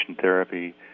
therapy